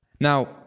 Now